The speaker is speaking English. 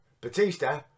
Batista